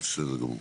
בסדר גמור.